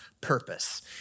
purpose